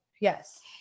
Yes